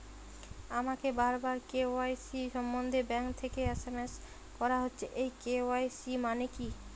আমাকে বারবার কে.ওয়াই.সি সম্বন্ধে ব্যাংক থেকে এস.এম.এস করা হচ্ছে এই কে.ওয়াই.সি মানে কী?